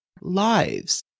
lives